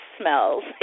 smells